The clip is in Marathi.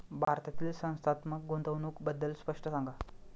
भारतातील संस्थात्मक गुंतवणूक बद्दल स्पष्ट सांगा